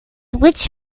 which